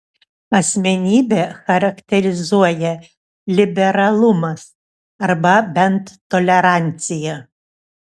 asmenybę charakterizuoja liberalumas arba bent tolerancija